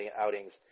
outings